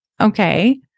okay